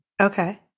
Okay